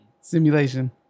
simulation